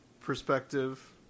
perspective